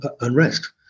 unrest